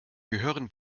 gehören